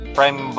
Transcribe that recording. Prime